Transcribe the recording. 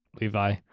Levi